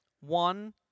One